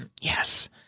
yes